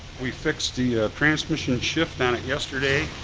we fixed the ah transmission shift on it yesterday